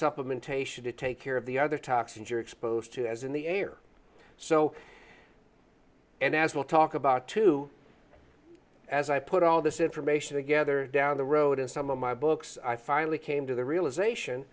supplementation to take care of the other toxins you're exposed to as in the air so and as we'll talk about too as i put all this information together down the road in some of my books i finally came to the realization